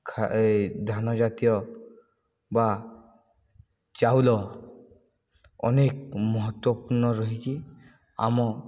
ଧାନ ଜାତୀୟ ବା ଚାଉଳ ଅନେକ ମହତ୍ଵପୂର୍ଣ୍ଣ ରହିଛି ଆମ